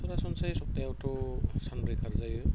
सरासनस्रायै सब्थायावथ' सानब्रै खारजायो